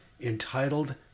entitled